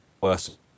worse